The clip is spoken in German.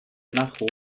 nach